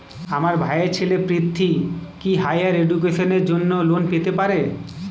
আমার ভাইয়ের ছেলে পৃথ্বী, কি হাইয়ার এডুকেশনের জন্য লোন পেতে পারে?